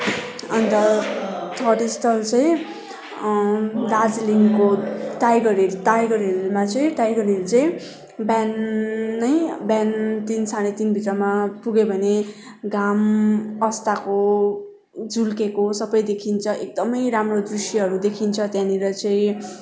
अन्त थर्ड स्थल चाहिँ दार्जिलिङको टाइगर हिल टाइगर हिलमा चाहिँ टाइगर हिल चाहिँ बिहानै बिहान तिन साँडे तिनभित्रमा पुग्यो भने घाम अस्ताको झुल्केको सबै देखिन्छ एकदमै राम्रो दृश्यहरू देखिन्छ त्यहाँनिर चाहिँ